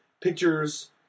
pictures